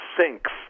sinks